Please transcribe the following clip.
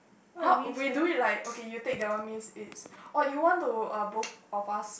!huh! we do it like okay you take that one means it's or you want to uh both of us